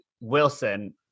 Wilson